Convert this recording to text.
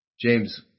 James